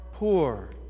poor